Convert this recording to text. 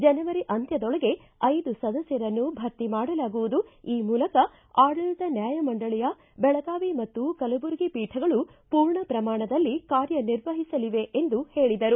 ಜನವರಿ ಅಂತ್ಯದೊಳಗೆ ಐದು ಸದಸ್ಯರನ್ನು ಭರ್ತಿ ಮಾಡಲಾಗುವುದು ಈ ಮೂಲಕ ಆಡಳಿತ ನ್ಯಾಯಮಂಡಳಿಯ ಬೆಳಗಾವಿ ಮತ್ತು ಕಲಬುರ್ಗಿ ಪೀಠಗಳು ಪೂರ್ಣ ಪ್ರಮಾಣದಲ್ಲಿ ಕಾರ್ಯ ನಿರ್ವಹಿಸಲಿವೆ ಎಂದು ಹೇಳದರು